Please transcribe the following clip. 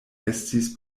estis